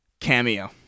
Cameo